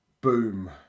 boom